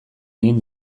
egin